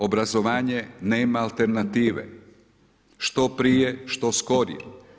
Obrazovanje nema alternative, što prije, što skorije.